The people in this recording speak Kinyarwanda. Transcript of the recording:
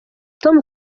tom